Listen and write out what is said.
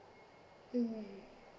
mm